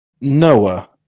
Noah